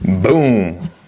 Boom